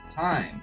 time